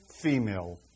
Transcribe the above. female